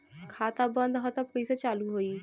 खाता बंद ह तब कईसे चालू होई?